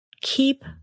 keep